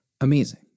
Amazing